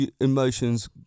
emotions